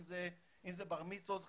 אם זה בר מצוות,